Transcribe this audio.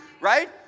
right